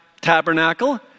tabernacle